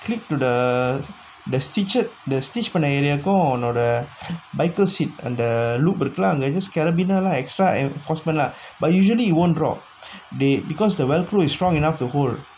click to the the stitches the stitch பண்ண:panna area கு உன்னோட:ku unnoda bicycle seat அந்த:antha loop இருக்குல அங்க:irukkula angga just carribean lah extra cost but usually it won't drop they because the whirlpool is strong enough to hold